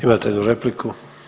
Imate jednu repliku.